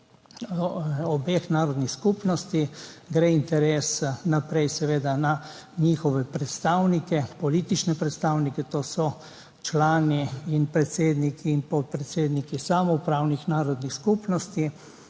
obeh narodnih skupnosti gre interes naprej, seveda na njihove predstavnike, politične predstavnike, to so člani, predsedniki in podpredsedniki samoupravnih narodnih skupnosti,